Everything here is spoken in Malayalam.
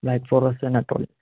ബ്ലാക്ക് ഫോറസ്റ്റ് തന്നെ ഇട്ടുകൊള്ളൂ